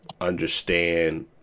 understand